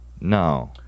No